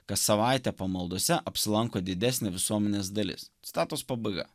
kas savaitę pamaldose apsilanko didesnė visuomenės dalis citatos pabaiga